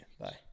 Bye